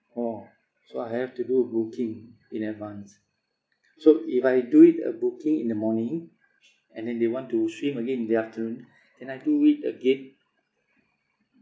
orh so I have to do a booking in advance so if I do it a booking in the morning and then they want to swim again in the afternoon then I do it again